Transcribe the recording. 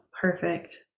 perfect